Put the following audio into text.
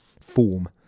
form